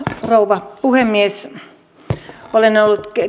rouva puhemies olen ollut